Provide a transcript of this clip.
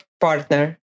partner